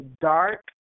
dark